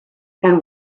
and